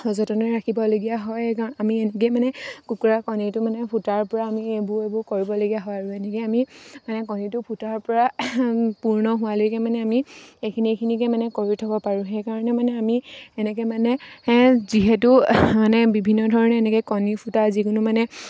সযতনেৰে ৰাখিবলগীয়া হয় আমি এনেকৈ মানে কুকুৰাৰ কণীটো মানে ফুটাৰ পৰা আমি এইবোৰ এইবোৰ কৰিবলগীয়া হয় আৰু এনেকৈ আমি মানে কণীটো ফুটাৰ পৰা পূৰ্ণ হোৱালৈকে মানে আমি এইখিনি এইখিনিকে মানে কৰি থ'ব পাৰোঁ সেইকাৰণে মানে আমি এনেকৈ মানে যিহেতু মানে বিভিন্ন ধৰণে এনেকৈ কণী ফুটা যিকোনো মানে